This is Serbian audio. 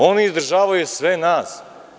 Oni održavaju sve nas.